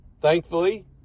Thankfully